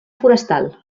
forestal